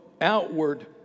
outward